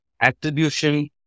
attribution